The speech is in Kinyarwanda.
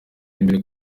imbere